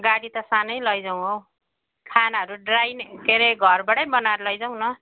गाडी त सानै लैजाउँ हौ खानाहरू ड्राई नै के अरे घरबाटै बनाएर लैजाउँ न